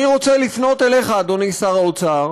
אני רוצה לפנות אליך, אדוני שר האוצר,